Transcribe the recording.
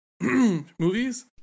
movies